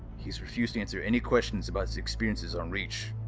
he's refused to answer any quesions about his experiences on reach,